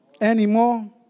Anymore